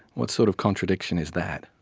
what sort of contradiction is that?